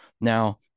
Now